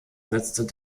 setzte